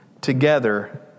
together